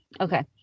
Okay